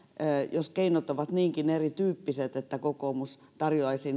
jos keinot ovat niinkin erityyppiset että kokoomus tarjoaisi